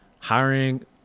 Hiring